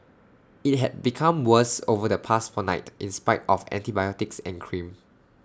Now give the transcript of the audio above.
IT had become worse over the past fortnight in spite of antibiotics and cream